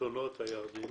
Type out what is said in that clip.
השלטונות הירדנים?